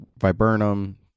viburnum